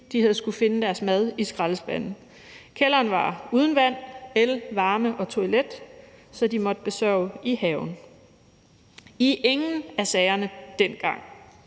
de havde skullet finde deres mad i skraldespande. Kælderen var uden vand, el, varme og toilet, så de måtte besørge i haven. I ingen af sagerne dengang